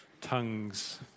tongues